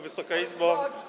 Wysoka Izbo!